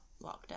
lockdown